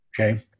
Okay